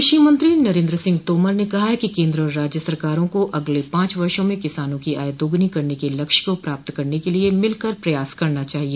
कृषि मंत्री नरेन्द्र सिंह तोमर ने कहा कि केन्द्र और राज्य सरकारों को अगले पांच वर्षों में किसानों की आय दोगुनी करने के लक्ष्य को प्राप्त करने के लिए मिलकर प्रयास करना चाहिए